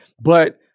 But-